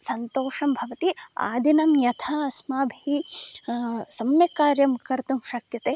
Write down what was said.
सन्तोषं भवति आदिनं यथा अस्माभिः सम्यक् कार्यं कर्तुं शक्यते